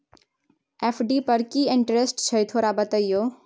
FD पर की interest छय थोरा बतईयो?